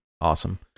Awesome